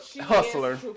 hustler